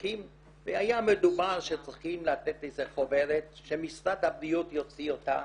הקים והיה מדובר שצריכים לתת איזה חוברת שמשרד הבריאות יוציא אותה,